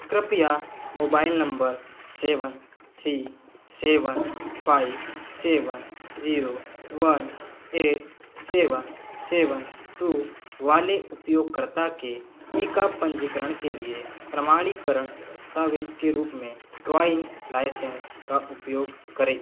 कृपया mobile number seven three seven five seven zero one eight seven seven two वाले उपयोगकर्ता के टीका पंजीकरण के लिए प्रमाणीकरण दस्तावेज़ के रूप में ड्राइविंग लाइसेंस का उपयोग करें